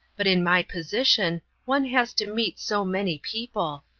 but in my position one has to meet so many people.